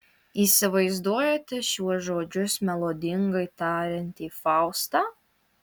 įsivaizduojate šiuos žodžius melodingai tariantį faustą